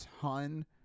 ton